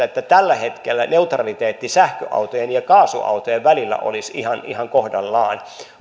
että tällä hetkellä neutraliteetti sähköautojen ja kaasuautojen välillä olisi ihan ihan kohdallaan